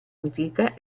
antica